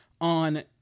on